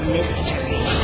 Mystery